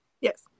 Yes